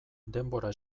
denbora